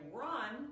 run